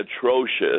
atrocious